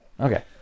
Okay